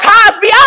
Cosby